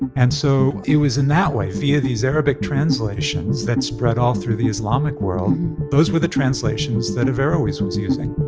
and so it was in that way, via of these arabic translations that spread all through the islamic world those were the translations that averroes was using